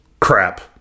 Crap